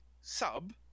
sub